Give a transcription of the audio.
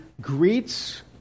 greets